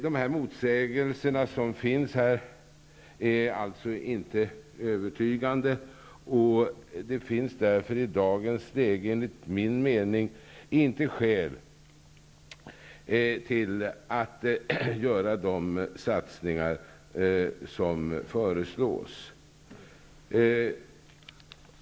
De motsägelser som finns är inte övertygande, och det finns därför i dagens läge, enligt min mening, inte skäl att göra de satsningar som föreslås.